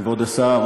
כבוד השר